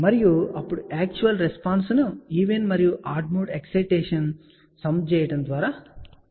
మరియు అప్పుడు actual response ను ఈవెన్ మరియు ఆడ్ మోడ్ ఎక్సైటేషన్ సమ్ ద్వారా పొందవచ్చు